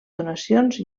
donacions